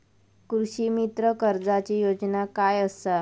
कृषीमित्र कर्जाची योजना काय असा?